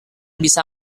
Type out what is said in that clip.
bisa